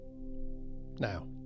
Now